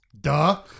Duh